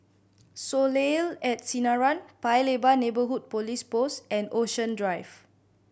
Soleil at Sinaran Paya Lebar Neighbourhood Police Post and Ocean Drive